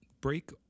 break